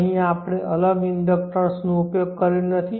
અહીં આપણે અલગ ઇન્ડક્ટર્સનો ઉપયોગ કર્યો નથી